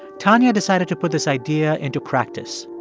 tanya decided to put this idea into practice.